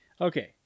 Okay